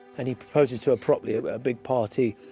and he proposes to her properly at a big party.